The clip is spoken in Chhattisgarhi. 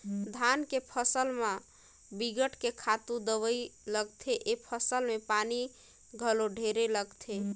धान के फसल म बिकट के खातू दवई लागथे, ए फसल में पानी घलो ढेरे लागथे